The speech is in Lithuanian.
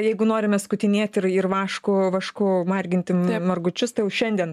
jeigu norime skutinėti ir ir vaško vašku marginti margučius tai jau šiandien